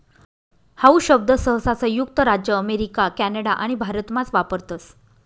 how शब्द सहसा संयुक्त राज्य अमेरिका कॅनडा आणि भारतमाच वापरतस